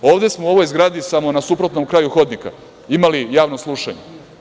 Ovde smo u ovoj zgradi samo na suprotnom kraju hodnika imali javno slušanje.